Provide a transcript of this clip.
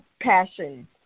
passion